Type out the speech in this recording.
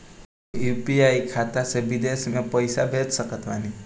हम यू.पी.आई खाता से विदेश म पइसा भेज सक तानि?